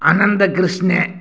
Anantha Krishnan